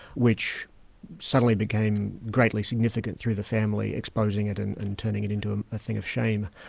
which suddenly became greatly significant through the family exposing it and and turning it into ah a thing of shame,